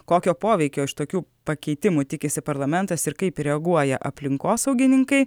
kokio poveikio iš tokių pakeitimų tikisi parlamentas ir kaip reaguoja aplinkosaugininkai